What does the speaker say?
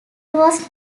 was